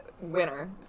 winner